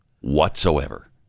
whatsoever